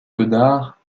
godard